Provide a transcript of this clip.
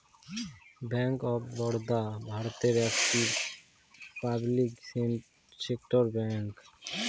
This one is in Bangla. ব্যাঙ্ক অফ বরোদা ভারতের একটি পাবলিক সেক্টর ব্যাঙ্ক